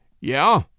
Yeah